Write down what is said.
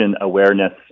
awareness